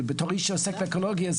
בתור איש שעוסק באקולוגיה,